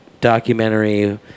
documentary